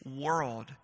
world